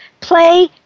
Play